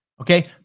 Okay